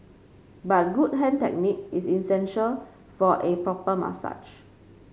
but good hand technique is essential for a proper massage